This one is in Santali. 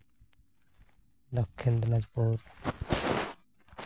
ᱫᱚᱠᱠᱷᱤᱱ ᱫᱤᱱᱟᱡᱽᱯᱩᱨ